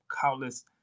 countless